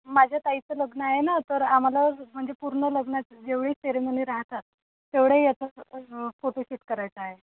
माझ्या ताईचं लग्न आहे ना तर आम्हाला म्हणजे पूर्ण लग्नाचं जेवढी सेरेमनी राहतात तेवढे याचा फोटोशूट करायचा आहे